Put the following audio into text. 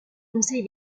conseil